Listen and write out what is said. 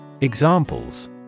Examples